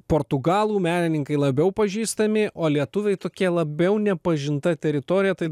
portugalų menininkai labiau pažįstami o lietuviai tokie labiau nepažinta teritorija tai